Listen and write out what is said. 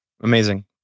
amazing